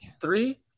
three